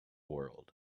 world